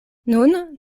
nun